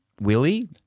Willie